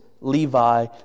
Levi